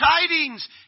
tidings